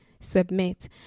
submit